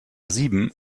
sieben